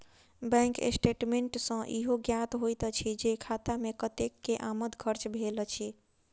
bank statement सॅ ईहो ज्ञात होइत अछि जे खाता मे कतेक के आमद खर्च भेल अछि